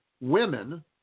women